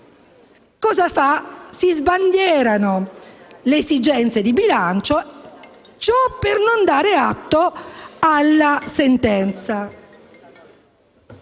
soglia. Si sbandierano così le esigenze di bilancio per non dare atto alla sentenza.